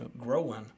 growing